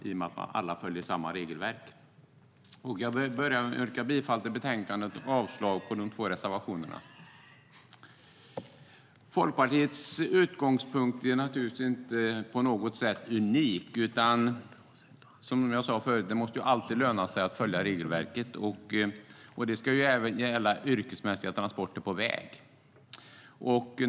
Alla ska alltså följa samma regelverk. Jag vill börja med att yrka bifall till förslagen i betänkandet och avslag på de två reservationerna. Folkpartiets utgångspunkt är naturligtvis inte på något sätt unik. Som jag sade tidigare måste det alltid löna sig att följa regelverket. Det ska också gälla yrkesmässiga transporter på väg.